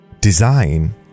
Design